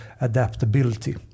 adaptability